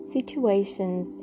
situations